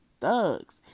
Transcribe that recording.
thugs